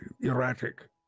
erratic